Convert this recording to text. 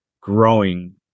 growing